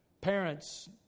Parents